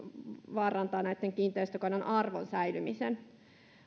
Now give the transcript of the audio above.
vaarantaa tämän kiinteistökannan arvon säilymisen